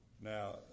Now